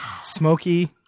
Smoky